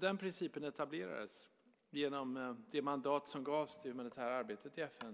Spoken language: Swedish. Den principen etablerades genom det mandat som gavs det humanitära arbetet i FN